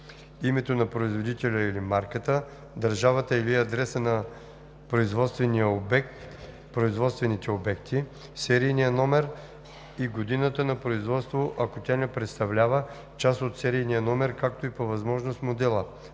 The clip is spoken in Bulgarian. името на производителя или марката, държавата или адреса на производствения обект/производствените обекти, серийния номер и годината на производство, ако тя не представлява част от серийния номер, както и по възможност модела.“